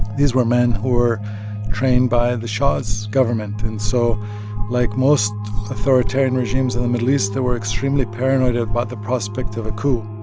these were men who were trained by the shah's government and so like most authoritarian regimes in the middle east, they were extremely paranoid about the prospect of a coup.